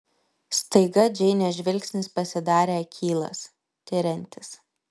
staiga džeinės žvilgsnis pasidarė akylas tiriantis